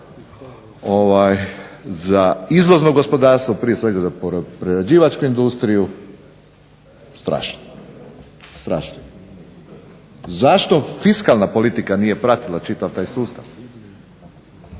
za izvozno gospodarstvo prije svega za prerađivačku industriju strašno. Strašno. Zašto fiskalna politika nije pratila čitav taj sustav,